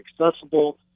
accessible